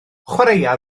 chwaraea